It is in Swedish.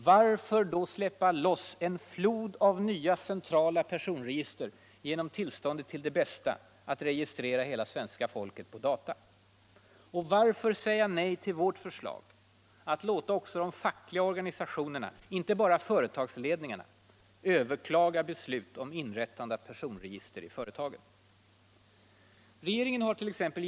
Varför då släppa loss en flod av nya centrala personregister genom tillståndet till Det Bästa att registrera hela svenska folket på data? Och varför säga nej till vårt förslag att låta också de fackliga organisationerna — inte bara företagsledningarna —- överklaga beslut om inrättande av personregister i företagen? Regeringen hart.ex.